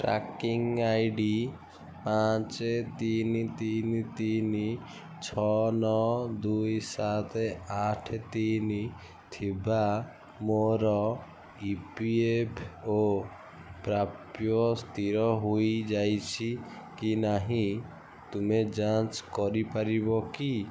tracking I D ପାଞ୍ଚ ତିନି ତିନି ତିନି ଛଅ ନଅ ଦୁଇ ସାତ ଆଠ ତିନି ଥିବା ମୋର ଇ ପି ଏଫ୍ ଓ ପ୍ରାପ୍ୟ ସ୍ଥିର ହେଇଯାଇଛି କି ନାହିଁ ତୁମେ ଯାଞ୍ଚ କରିପାରିବ କି